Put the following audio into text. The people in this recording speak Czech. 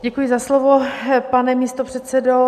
Děkuji za slovo, pane místopředsedo.